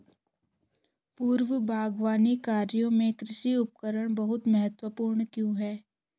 पूर्व बागवानी कार्यों में कृषि उपकरण बहुत महत्वपूर्ण क्यों है?